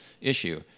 issue